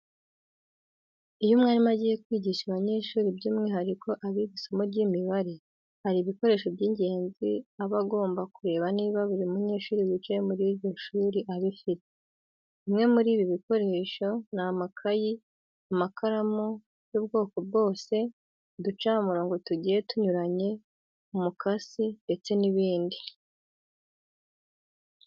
Iyo umwarimu agiye kwigisha abanyeshuri by'umwihariko abiga isomo ry'imibare, hari ibikoresho by'ingenzi aba agomba kureba niba buri munyeshuri wicaye muri iryo shuri abifite. Bimwe muri ibi bikoresho ni amakayi, amakaramu y'ubwoko bwose, uducamurongo tugiye tunyuranye, umukasi ndetse n'ibindi.